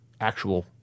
actual